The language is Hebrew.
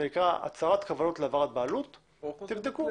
זה נקרא הצהרת כוונות להעברת בעלות ולכו תבדקו.